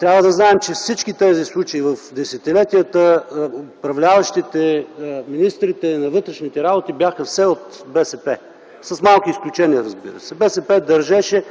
Трябва да знаем, че при всички тези случаи през десетилетията управляващите, министрите на вътрешните работи бяха все от БСП, разбира се, с малки изключения. БСП държеше